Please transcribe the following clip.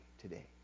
today